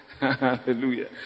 Hallelujah